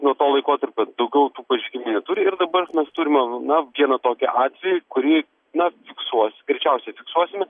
nuo to laikotarpio tų gautų pažeidimų neturi ir dabar mes turime na vieną tokį atvejį kurį na fiksuos greičiausiai fiksuosime